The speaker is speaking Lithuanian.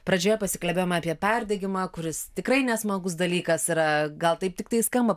pradžioje pasikalbėjom apie perdegimą kuris tikrai nesmagus dalykas yra gal taip tiktai skamba